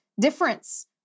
difference